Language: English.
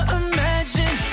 imagine